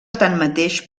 tanmateix